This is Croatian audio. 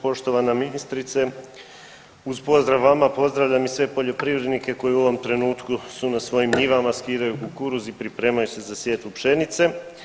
Poštovana ministrice, uz pozdrav vama pozdravljam i sve poljoprivrednike koji u ovom trenutku su na svojim njivama, skidaju kukuruz i pripremaju se za sjetvu pšenice.